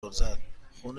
عرضت؛ خون